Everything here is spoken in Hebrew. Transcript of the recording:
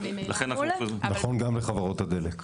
זה נכון גם לחברות הדלק.